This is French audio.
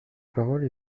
parole